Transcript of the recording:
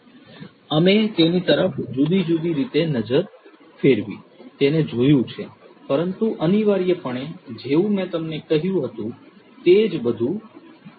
અમે તેની તરફ જુદી જુદી રીતે નજર ફેરવી તેને જોયું છે પરંતુ અનિવાર્યપણે જેવું મેં તમને કહ્યું હતું તે જ બધુ જ રહે છે